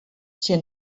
tsjin